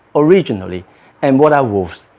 originally and what are wolves?